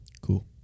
Cool